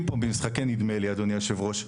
פה במשחקי נדמה לי אדוני יושב הראש.